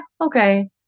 okay